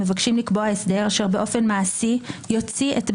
היא נמצאת מול פנינו, יש בה נוסח.